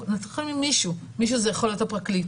נתחיל ממישהו מישהו זה יכול להיות הפרקליט,